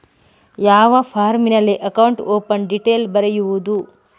ಯಾವ ಫಾರ್ಮಿನಲ್ಲಿ account open detail ಬರೆಯುವುದು?